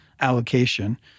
allocation